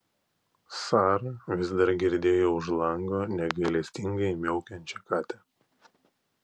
sara vis dar girdėjo už lango negailestingai miaukiančią katę